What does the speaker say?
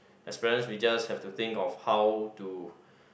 as parents we just have to think of how to